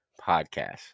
podcast